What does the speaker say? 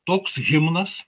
toks himnas